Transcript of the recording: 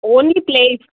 only place